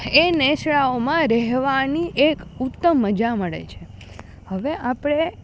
એ નેસડાઓમાં રહેવાની એક ઉત્તમ મજા મળે છે હવે આપણે